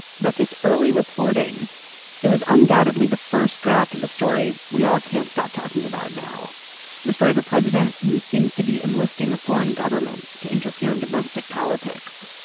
but this early reporting it was undoubtedly the first draft of the story. we all can't stop talking about now the story of a president who seems to be enlisting a foreign government to interfere in domestic politics.